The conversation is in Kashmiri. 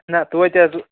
نہَ توتہِ حظ